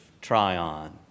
Tryon